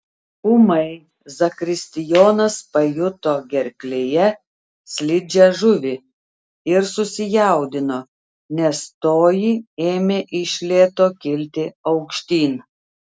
ūmai zakristijonas pajuto gerklėje slidžią žuvį ir susijaudino nes toji ėmė iš lėto kilti aukštyn